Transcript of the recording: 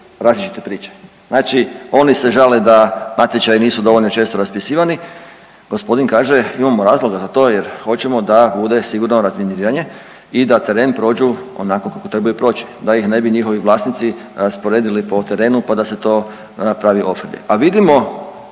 različite priče. Znači oni se žale da natječaji nisu dovoljno često raspisivani, gospodin kaže imamo razloga za to jer hoćemo da bude sigurno razminiranje i da teren prođu onako kako trebaju proći, da ih ne bi njihovi vlasnici rasporedili po terenu pa da se to napravi ofrlje. A vidimo